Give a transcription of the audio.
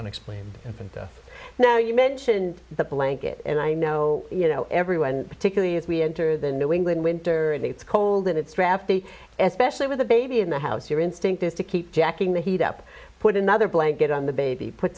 unexplained infant death now you mention the blanket and i know you know everyone particularly as we enter the new england winter and it's cold and it's crappy and specially with a baby in the house your instinct is to keep jacking the heat up put another blanket on the baby put